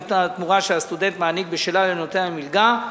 התמורה שהסטודנט מעניק בשלה לנותן המלגה,